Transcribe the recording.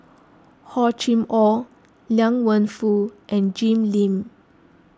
Hor Chim or Liang Wenfu and Jim Lim